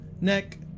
neck